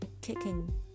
kicking